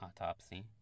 autopsy